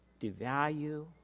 devalue